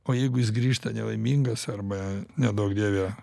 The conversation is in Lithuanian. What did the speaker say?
o jeigu jis grįžta nelaimingas arba neduok dieve